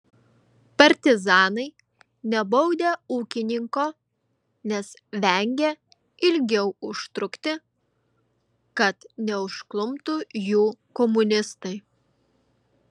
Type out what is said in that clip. partizanai nebaudę ūkininko nes vengę ilgiau užtrukti kad neužkluptų jų komunistai